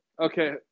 Okay